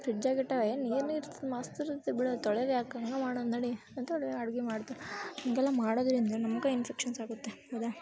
ಫ್ರಿಜ್ಜಗಿಟ್ಟವು ಏನು ಏನಿರ್ತೆ ಮಸ್ತಿರುತ್ತೆ ಬಿಡು ಅದು ತೊಳ್ಯದು ಯಾಕೆ ಹಂಗೆ ಮಾಡೋಣ ನಡಿ ಅಂತೇಳಿ ಅಡ್ಗೆ ಮಾಡ್ತಾರೆ ಹೀಗೆಲ್ಲ ಮಾಡೋದ್ರಿಂದ ನಮ್ಗೆ ಇನ್ಫೆಕ್ಷನ್ಸ್ ಆಗುತ್ತೆ ಹೌದಾ